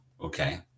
okay